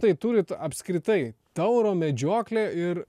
tai turit apskritai tauro medžioklė ir